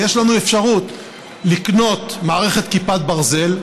ויש לנו אפשרות לקנות מערכת כיפת ברזל,